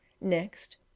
Next